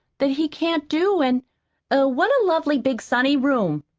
that he can't do, and er what a lovely big, sunny room,